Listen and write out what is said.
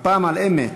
הפעם על-אמת,